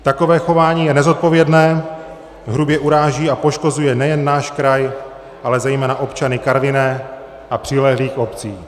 Takové chování je nezodpovědné, hrubě uráží a poškozuje nejen náš kraj, ale zejména občany Karviné a přilehlých obcí.